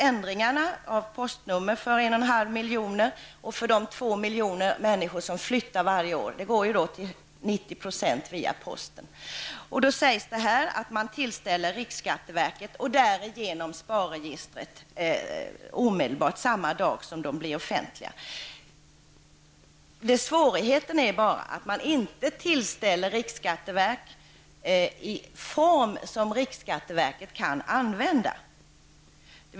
Ändringarna av postnummer för 1,5 miljon människor och för de 2 miljoner människor som flyttar varje år går till 90 26 via posten. Då sägs det i svaret att dessa ändringar tillställs riksskatteverket och därigenom SPAR-registret samma dag som de blir offentliga. Svårigheten är bara att man inte tillställer riksskatteverket dessa uppgifter i en sådan form att riksskatteverket kan använda dem.